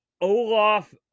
Olaf